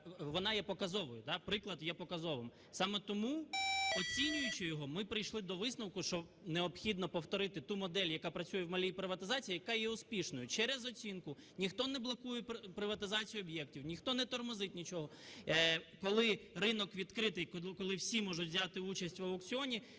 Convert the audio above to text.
вона є показовою. Приклад є показовим. Саме тому, оцінюючи його, ми прийшли до висновку, що необхідно повторити ту модель, яка працює в малій приватизації, яка є успішною, через оцінку. Ніхто не блокує приватизацію об'єктів, ніхто не тормозит нічого, коли ринок відкритий, коли всі можуть взяти участь в аукціоні,